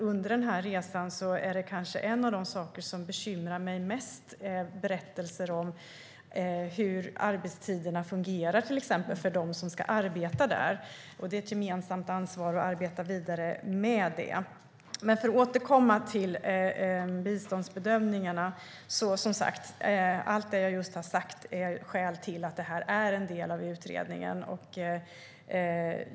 Under min resa har det funnits en fråga som har bekymrat mig mest, nämligen berättelser om hur arbetstiderna fungerar för dem som ska arbeta i äldreomsorgen. Det är ett gemensamt ansvar att arbeta vidare med frågorna. Låt mig återkomma till frågan om biståndsbedömningarna. Allt det jag har sagt är skäl till att frågorna finns med i utredningen.